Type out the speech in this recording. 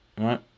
right